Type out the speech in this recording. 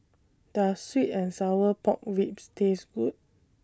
Does Sweet and Sour Pork Ribs Taste Good